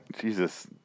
Jesus